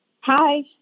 Hi